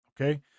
Okay